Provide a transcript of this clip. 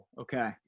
Okay